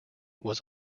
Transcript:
was